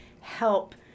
help